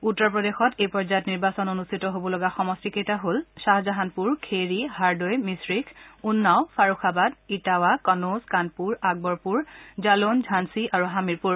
উত্তৰ প্ৰদেশত এই পৰ্যায়ত নিৰ্বাচন অনুষ্ঠিত হ'বলগা সমষ্টিকেইটা হ'ল খাহজাহানপুৰ খেৰি হাৰ্দৈ মিশ্ৰিখ উনাও ফাৰুখাবাদ ইটাৱা কান'জ কানপুৰ আকবৰপুৰ জালোন ঝালি আৰু হামিৰপুৰ